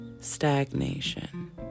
stagnation